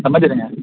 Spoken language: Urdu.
سمجھ رہے ہیں